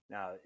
Now